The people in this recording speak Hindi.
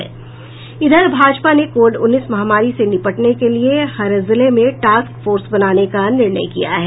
भाजपा ने कोविड उन्नीस महामारी से निपटने के लिए हर जिले में टास्क फोर्स बनाने का निर्णय किया है